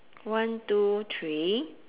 one two three